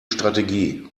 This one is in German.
strategie